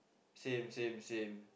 same same same